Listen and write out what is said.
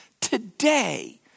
today